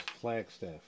Flagstaff